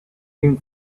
him